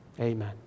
Amen